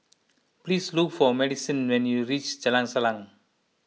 please look for Madisyn when you reach Jalan Salang